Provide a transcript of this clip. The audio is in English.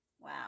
Wow